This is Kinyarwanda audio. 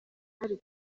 hari